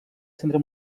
centre